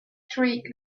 streak